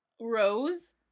Rose